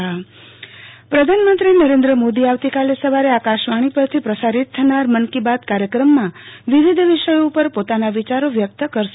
આરતી ભટ મન કી બાત ઃ પ્રધાનમંત્રી નરેન્દ માંદો આવતીકાલે સવારે આકાશવાણી પરથી પસારીત થનાર મન કી બાત કાર્યકમમાં વિવિધ વિષયો ઉપર પોતાના વિચારો વ્યકત કરશે